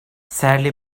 sadly